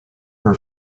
her